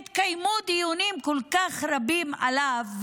התקיימו דיונים כל כך רבים עליו,